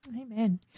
Amen